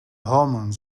hormones